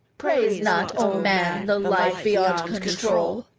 praise not, o man, the life beyond control,